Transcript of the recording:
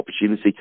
opportunity